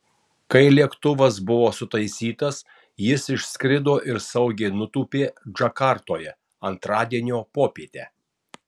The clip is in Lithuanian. kai lėktuvas buvo sutaisytas jis išskrido ir saugiai nutūpė džakartoje antradienio popietę